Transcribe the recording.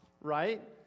right